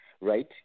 Right